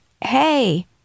hey